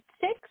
six